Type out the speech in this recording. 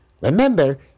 Remember